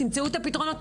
תמצאו את הפתרונות.